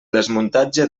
desmuntatge